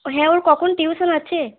হ্যাঁ ওর কখন টিউশান আছে